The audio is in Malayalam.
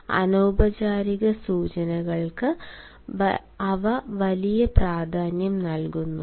അനൌപചാരിക സൂചകങ്ങൾക്ക് അവ വലിയ പ്രാധാന്യം നൽകുന്നില്ല